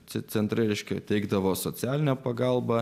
centrai reiškia teikdavo socialinę pagalbą